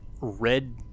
red